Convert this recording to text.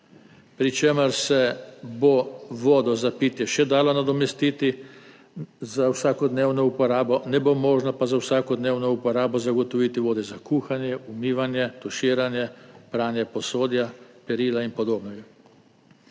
Pri čemer se bo vodo za pitje še dalo nadomestiti za vsakodnevno uporabo, ne bo možno pa za vsakodnevno uporabo zagotoviti vode za kuhanje, umivanje, tuširanje, pranje posode, perila in podobnega.